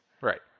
Right